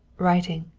writing.